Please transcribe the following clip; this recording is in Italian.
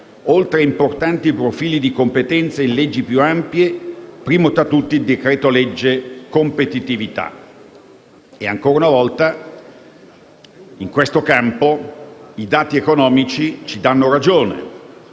oltre importanti profili di competenze in leggi più ampie, primo tra tutti il decreto-legge competitività. Ancora una volta, in questo campo i dati economici ci danno ragione.